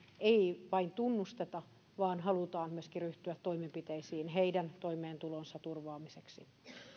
ei vain tunnusteta vaan halutaan myöskin ryhtyä toimenpiteisiin heidän toimeentulonsa turvaamiseksi